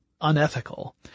unethical